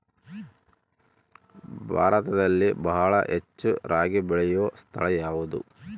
ಭಾರತದಲ್ಲಿ ಬಹಳ ಹೆಚ್ಚು ರಾಗಿ ಬೆಳೆಯೋ ಸ್ಥಳ ಯಾವುದು?